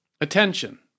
attention